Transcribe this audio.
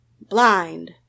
blind